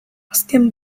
azken